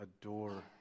adore